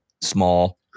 small